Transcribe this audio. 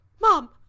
Mom